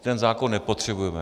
Ten zákon nepotřebujeme.